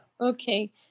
Okay